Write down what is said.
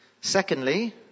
Secondly